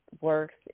works